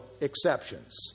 exceptions